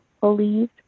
believed